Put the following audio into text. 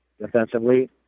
Defensively